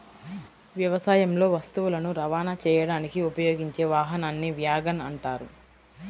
వ్యవసాయంలో వస్తువులను రవాణా చేయడానికి ఉపయోగించే వాహనాన్ని వ్యాగన్ అంటారు